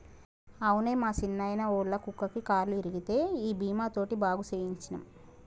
అవునే మా సిన్నాయిన, ఒళ్ళ కుక్కకి కాలు ఇరిగితే ఈ బీమా తోటి బాగు సేయించ్చినం